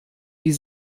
die